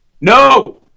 no